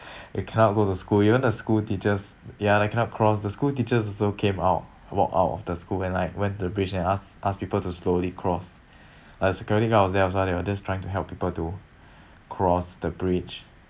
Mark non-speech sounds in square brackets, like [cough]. [laughs] they cannot go to school you know the school teachers ya they cannot cross the school teachers also came out walk out of the school and like went to the bridge and ask ask people to slowly cross [breath] like the security guard was there also they were just trying to help people to [breath] cross the bridge